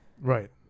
Right